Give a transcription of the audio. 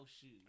shoes